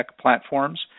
platforms